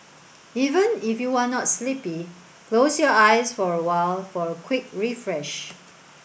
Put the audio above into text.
even if you are not sleepy close your eyes for a while for a quick refresh